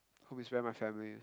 home is where my family